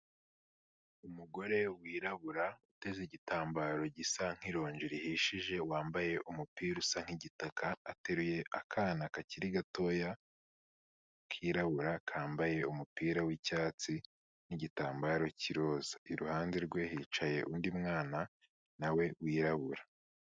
Umugore wirabura uteze igitambaro gisa nk'ironji rihishije wambaye umupira usa nk'igitaka ateruye akana kakiri gatoya, kirabura kambaye umupira w'icyatsi n'igitambaro k'iroza. Iruhande rwe hicaye undi mwana na we wirabura.